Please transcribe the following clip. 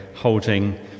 Holding